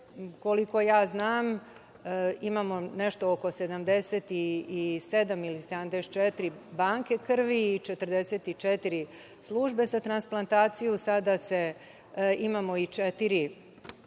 Koliko ja znam, imamo nešto oko 77 ili 74 banke krvi i 44 službe za transplantaciju. Sada imamo i četiri